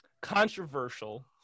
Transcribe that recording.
controversial